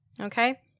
okay